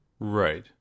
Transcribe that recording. Right